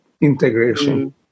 integration